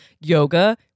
yoga